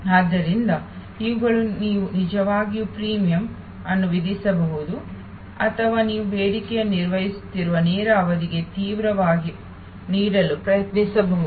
ಆದ್ದರಿಂದ ಇವುಗಳು ನೀವು ನಿಜವಾಗಿಯೂ ಪ್ರೀಮಿಯಂ ಅನ್ನು ವಿಧಿಸಬಹುದು ಅಥವಾ ನೀವು ಬೇಡಿಕೆಯನ್ನು ನಿರ್ವಹಿಸುತ್ತಿರುವ ನೇರ ಅವಧಿಗೆ ತೀವ್ರವಾಗಿ ನೀಡಲು ಪ್ರಯತ್ನಿಸಬಹುದು